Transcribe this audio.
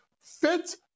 fits